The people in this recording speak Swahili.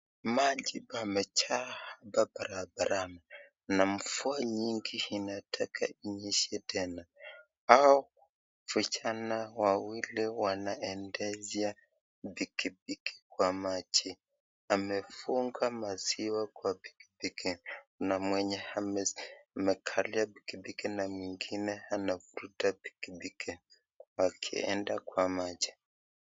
Maji pamejaa barabarani, na mvua nyingi inataka inyeshe tena. Hawa wasichana wawili wanaendezea pikipiki kwa maji. Amefunga maziwa kwa pikipiki na mwenye amekalia pikipiki na mwingine anavuruta pikipiki wakienda kwa maji.